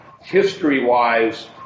history-wise